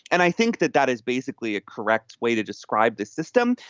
and i think that that is basically a correct way to describe this system.